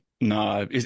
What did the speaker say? No